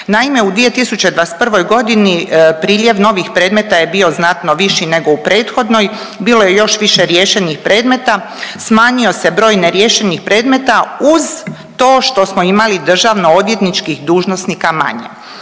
Naime, u 2021. g. priljev novih predmeta je bio znatno viši nego u prethodnoj. Bilo je još više riješenih predmeta, smanjio se broj neriješenih predmeta uz to što smo imali državnoodvjetničkih dužnosnika manje.